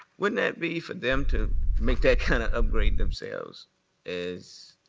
wouldn't that be for them to make that kind of upgrade themselves as.